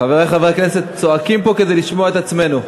חברי חברי הכנסת, צועקים פה כדי לשמוע את עצמנו.